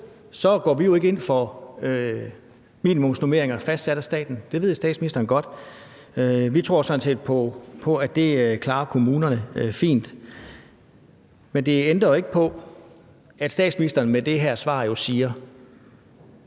går vi ikke ind for minimumsnormeringer fastsat af staten. Det ved statsministeren godt. Vi tror sådan set på, at det klarer kommunerne fint. Men det ændrer jo ikke på, at statsministeren med det her svar siger: